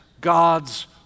God's